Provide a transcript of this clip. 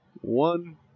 one